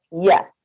yes